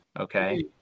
okay